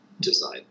design